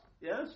yes